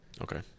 Okay